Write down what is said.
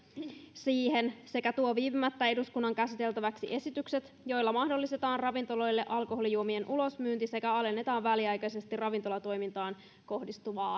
siihen sekä tuo viipymättä eduskunnan käsiteltäväksi esitykset joilla mahdollistetaan ravintoloille alkoholijuomien ulosmyynti sekä alennetaan väliaikaisesti ravintolatoimintaan kohdistuvaa